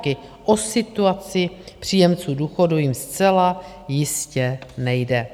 O situaci příjemců důchodu jim zcela jistě nejde.